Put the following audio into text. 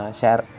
share